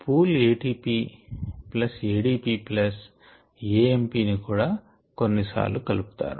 pool A T P plus A D P plus A M P ని కూడా కొన్ని సార్లు కలుపుతారు